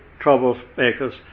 troublemakers